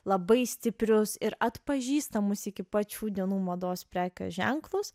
labai stiprius ir atpažįstamus iki pat šių dienų mados prekės ženklus